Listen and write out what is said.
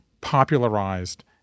popularized